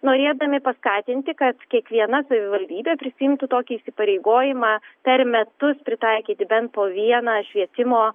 norėdami paskatinti kad kiekviena savivaldybė prisiimtų tokį įsipareigojimą per metus pritaikyti bent po vieną švietimo